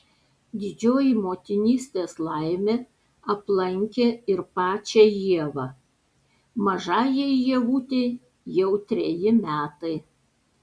didžioji motinystės laimė aplankė ir pačią ievą mažajai ievutei jau treji metai